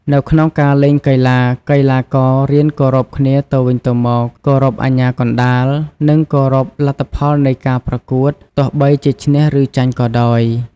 នៅក្នុងការលេងកីឡា កីឡាកររៀនគោរពគ្នាទៅវិញទៅមក គោរពអាជ្ញាកណ្តាល និងគោរពលទ្ធផលនៃការប្រកួត ទោះបីជាឈ្នះ ឬចាញ់ក៏ដោយ។